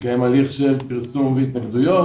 מתקיים הליך של פרסום והתנגדויות